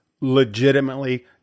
legitimately